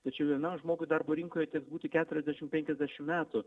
tačiau vienam žmogui darbo rinkoje teks būti keturiasdešim penkiasdešim metų